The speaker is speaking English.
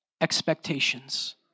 expectations